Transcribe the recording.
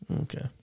Okay